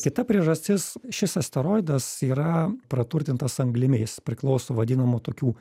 kita priežastis šis asteroidas yra praturtintas anglinais jis priklauso vadinamų tokių